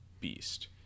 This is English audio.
beast